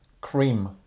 Cream